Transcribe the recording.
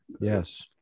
Yes